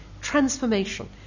transformation